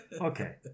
okay